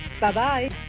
Bye-bye